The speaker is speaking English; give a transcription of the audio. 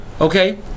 okay